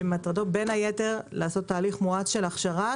שמטרתו בין היתר לעשות תהליך מואץ של הכשרה,